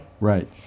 Right